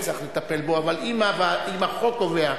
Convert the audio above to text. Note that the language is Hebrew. אנחנו צריכים להתחיל להקפיד: הוועדה המיועדת היא ועדת חוקה,